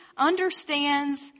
understands